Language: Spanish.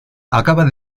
acababa